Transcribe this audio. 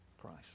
Christ